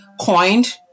coined